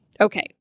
Okay